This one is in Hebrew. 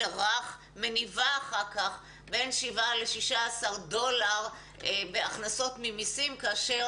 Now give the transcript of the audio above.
הרך מניבה אחר כך בין שבעה ל-16 דולר בהכנסות ממסים כאשר